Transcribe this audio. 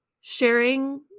sharing